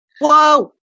Whoa